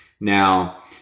now